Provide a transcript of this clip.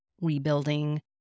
rebuilding